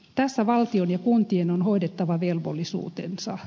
tässä valtion ja kuntien on hoidettava velvollisuutensa